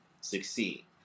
succeed